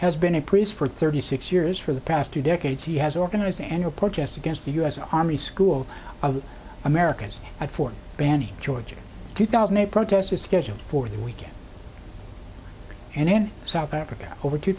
has been a priest for thirty six years for the past two decades he has organized annual protest against the u s army school of america's eye for banning georgia two thousand a protest is scheduled for the weekend and in south africa over two